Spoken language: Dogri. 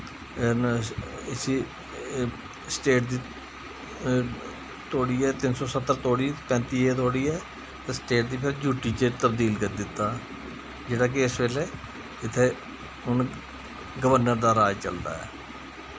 उ'नैं इसी स्टेट गी तोड़ियै तिन्न सौ सत्तर तोड़ियै पैंती ए तोड़ियै इस स्टेट गी यू टी च तवदील करी दित्ता जेह्ड़ा कि इसलै इत्थै गवर्नर दा राज चलदा ऐ